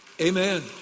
Amen